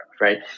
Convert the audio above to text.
right